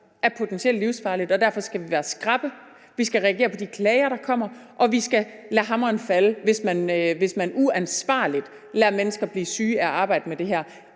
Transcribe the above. er potentielt livsfarligt. Derfor skal vi være skrappe, vi skal reagere på de klager, der kommer, og vi skal lade hammeren falde, hvis man uansvarligt lader mennesker blive syge af at arbejde med det her,